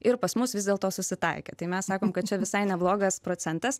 ir pas mus vis dėl to susitaikė tai mes sakom kad čia visai neblogas procentas